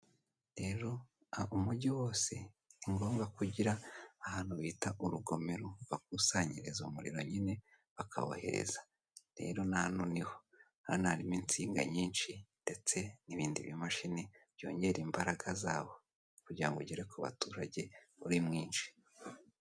Rero abo umugi wose ni ngombwa kugira ahantu bita urugomero bakusanyiriza umuriro nyine bakaba heza, rero nahano niho, hano harimo insinga nyinshi ndetse n'ibindi bimashini byongera imbaraga zabo kugira ngo ugere ku baturage uri mwinshi.